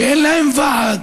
שאין להם ועד